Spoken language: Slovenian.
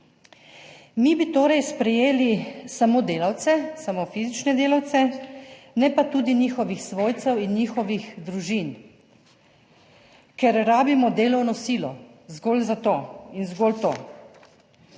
Mi bi torej sprejeli samo delavce, samo fizične delavce, ne pa tudi njihovih svojcev in njihovih družin, ker rabimo delovno silo zgolj za to in zgolj to.